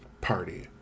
party